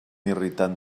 irritant